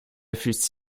fut